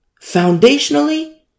Foundationally